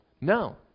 No